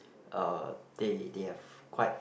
uh they they have quite